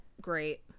great